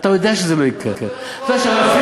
אתה יודע שזה לא יקרה, זה חשוב